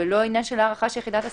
ולא הארכה של יחידת הסיוע,